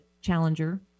challenger